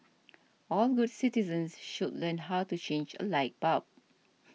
all good citizens should learn how to change a light bulb